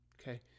okay